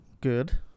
Good